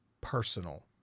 personal